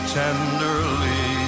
tenderly